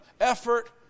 effort